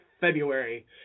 February